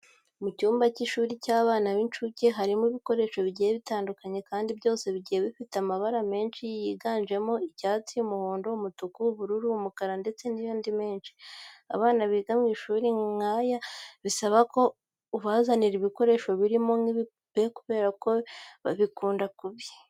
Mu cyumba cy'ishuri ry'abana b'inshuke harimo ibikoresho bigiye bitandukanye kandi byose bigiye bifite amabara menshi yiganjemo icyatsi, umuhondo, umutuku, ubururu, umukara ndetse n'andi menshi cyane. Abana biga mu mashuri nk'aya bisaba ko ubazanira ibikoresho birimo n'ibipupe kubera ko babikunda kubi.